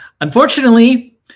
Unfortunately